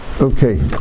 Okay